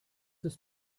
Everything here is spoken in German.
ist